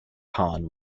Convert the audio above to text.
khan